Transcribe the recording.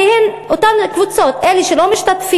אלה הן אותן קבוצות: אלה שלא משתתפים